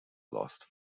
lost